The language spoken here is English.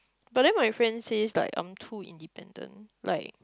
but then my friend says like I'm too independent like